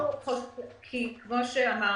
כמו שאמרתי,